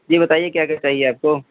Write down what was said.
जी बताइए क्या क्या चाहिए आपको